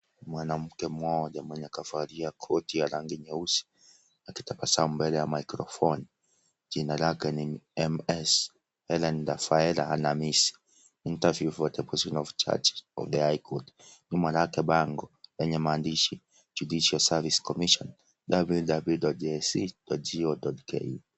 Mwanamke mmoja mwenye kavalia koti nyeusi akitabasamu mbele ya maikrifini jina lake ni Ms Ellen Nassaella(cs) interview for the office of the high court (cs) nyuma yake bango lenye maandishi Judicial service commission.www.jc.co.ke